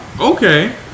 Okay